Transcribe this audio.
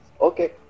Okay